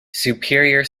superior